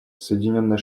соединенные